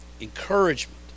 encouragement